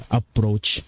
approach